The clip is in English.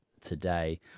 today